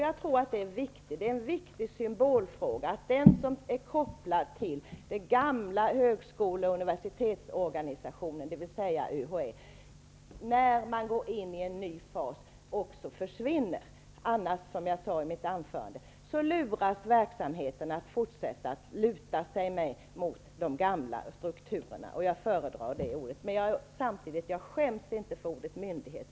Jag tror att det är en viktig symbolfråga, att den myndighet som är kopplad till den gamla högskoleoch universitetsorganisationen, dvs. UHÄ, försvinner när man nu går in i en ny fas. Annars luras verksamheten att fortsätta att luta sig mot de gamla strukturerna. Jag föredrar ordet ''struktur'', men samtidigt skäms jag inte för att använda ordet ''myndighet''.